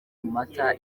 mata